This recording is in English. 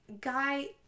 guy